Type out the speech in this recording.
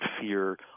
fear